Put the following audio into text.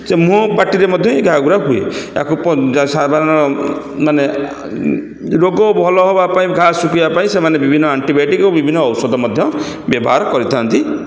ସେ ମୁହଁ ଓ ପାଟିରେ ମଧ୍ୟ ଏହି ଘା'ଗୁଡ଼ା ହୁଏ ଏହାକୁ ସାଧାରଣ ମାନେ ରୋଗ ଭଲ ହେବା ପାଇଁ ଘା' ଶୁଖିବା ପାଇଁ ସେମାନେ ବିଭିନ୍ନ ଆଣ୍ଟିବାୟୋଟିକ୍ ବିଭିନ୍ନ ଔଷଧ ମଧ୍ୟ ବ୍ୟବହାର କରିଥାନ୍ତି